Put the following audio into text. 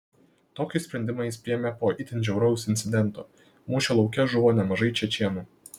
tokį sprendimą jis priėmė po itin žiauraus incidento mūšio lauke žuvo nemažai čečėnų